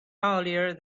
earlier